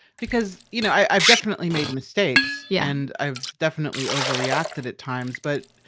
because, you know, i've definitely made mistakes yeah and i've definitely overreacted at times. but,